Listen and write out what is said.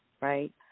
right